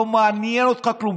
לא מעניין אותך כלום.